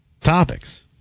topics